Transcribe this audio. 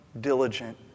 diligent